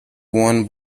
won